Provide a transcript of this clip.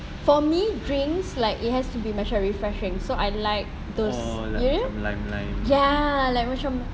for me drinks like it has to be macam refreshing so I like those you know ya like macam